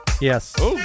Yes